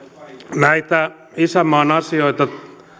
näitä isänmaan asioita